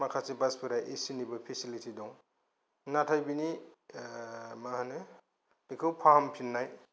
माखासे बासफोरा एसि निबो फेसिलिति दं नाथाय बिनि मा होनो बेखौ फाहाम फिननाय